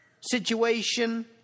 situation